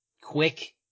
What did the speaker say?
quick